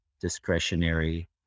discretionary